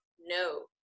no